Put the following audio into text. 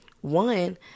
One